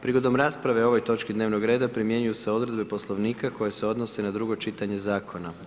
Prigodom rasprave o ovoj točci dnevnog reda, primjenjuju se odredbe Poslovnika koje se odnose na drugo čitanje Zakona.